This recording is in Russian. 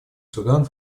судан